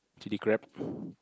chili crab